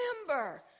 remember